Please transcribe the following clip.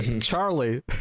Charlie